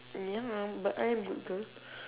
ya but I am a good girl